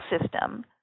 system